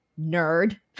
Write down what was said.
nerd